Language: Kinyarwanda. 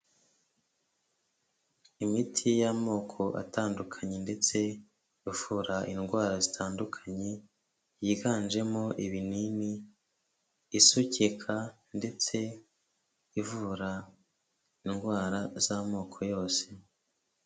Imiti y'amoko atandukanye ndetse ivura indwara zitandukanye, yiganjemo ibinini, isukika ndetse ivura indwara z'amoko yose.